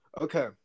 Okay